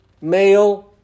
male